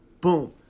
boom